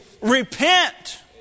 repent